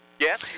Yes